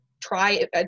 try